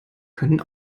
können